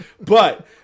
But-